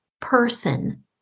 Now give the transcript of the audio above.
person